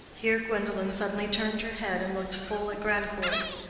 here gwendolen suddenly turned her head and looked full at grandcourt,